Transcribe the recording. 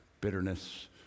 Bitterness